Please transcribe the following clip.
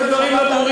שמעת אתה.